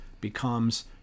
Becomes